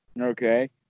Okay